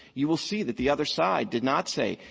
you will see that the other side did not say,